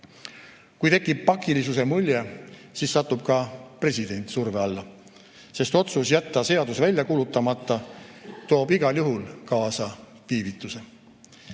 Kui tekib pakilisuse mulje, siis satub ka president surve alla, sest otsus jätta seadus välja kuulutamata toob igal juhul kaasa viivituse.